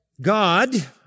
God